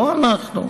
לא אנחנו.